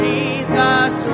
Jesus